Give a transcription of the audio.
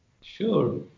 Sure